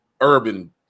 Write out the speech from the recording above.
urban